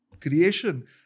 creation